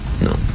No